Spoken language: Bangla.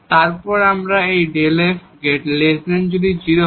তারপর এই Δ f 0 যদি r 0 হয়